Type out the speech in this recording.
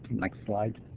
next slide.